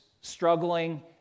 struggling